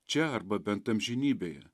čia arba bent amžinybėje